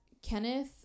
kenneth